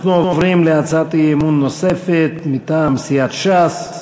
אנחנו עוברים להצעת אי-אמון נוספת, מטעם סיעת ש"ס: